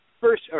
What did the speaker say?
first